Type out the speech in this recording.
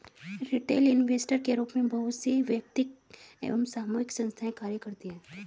retail investor के रूप में बहुत सी वैयक्तिक एवं सामूहिक संस्थाएं कार्य करती हैं